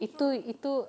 itu itu